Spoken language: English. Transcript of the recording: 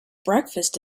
breakfast